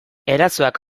erasoak